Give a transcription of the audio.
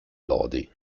lodi